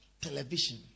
television